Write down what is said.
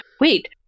wait